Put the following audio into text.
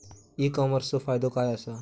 E कॉमर्सचो फायदो काय असा?